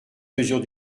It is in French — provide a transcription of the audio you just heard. mesure